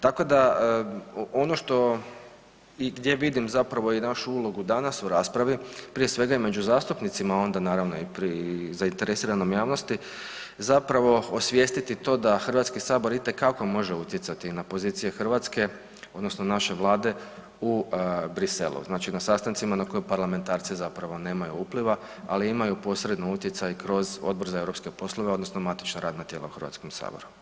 Tako da ono što i gdje vidim zapravo i našu ulogu danas u raspravi prije svega i među zastupnicima onda naravno i pri zainteresiranom javnosti zapravo osvijestiti to da HS itekako može utjecati na pozicije Hrvatske odnosno naše vlade u Briselu, znači na sastancima na koji parlamentarci zapravo nemaju upliva, ali imaju posredno utjecaj kroz Odbor za europske poslove odnosno matična radna tijela u HS.